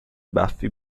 baffi